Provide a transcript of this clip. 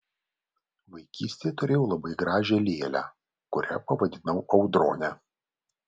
vaikystėje turėjau labai gražią lėlę kurią pavadinau audrone